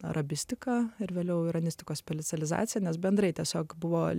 arabistiką ir vėliau iranistikos specializaciją nes bendrai tiesiog buvo